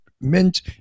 Mint